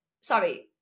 Sorry